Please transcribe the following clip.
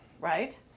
right